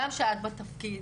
גם כשאת בתפקיד,